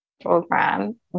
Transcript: program